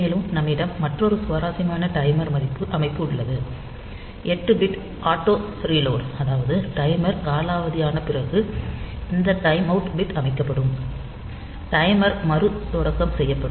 மேலும் நம்மிடம் மற்றொரு சுவாரஸ்யமான டைமர் அமைப்பு உள்ளது 8 பிட் ஆட்டோ ரீலோட் அதாவது டைமர் காலாவதியான பிறகு இந்த டைம் அவுட் பிட் அமைக்கப்படும் டைமர் மறுதொடக்கம் செய்யப்படும்